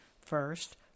First